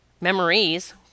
memories